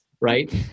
Right